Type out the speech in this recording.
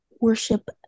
worship